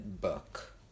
book